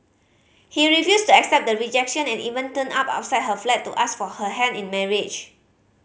he refused to accept the rejection and even turned up outside her flat to ask for her hand in marriage